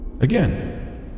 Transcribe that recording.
again